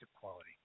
quality